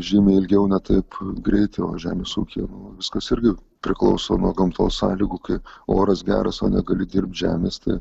žymiai ilgiau ne taip greit o žemės ūkyje viskas irgi priklauso nuo gamtos sąlygų kai oras geras o negali dirbt žemės tai